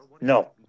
No